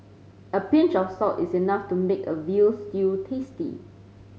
a pinch of salt is enough to make a veal stew tasty